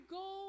go